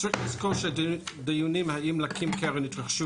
צריך לזכור שהדיונים האם להקים קרן התרחשו